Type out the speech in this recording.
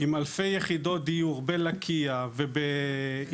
עם אלפי יחידות סיור בלקיה וביישובים,